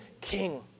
king